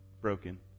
broken